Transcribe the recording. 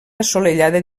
assolellada